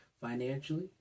Financially